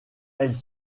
elles